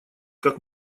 как